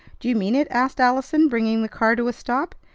do you mean it? asked allison, bringing the car to a stop.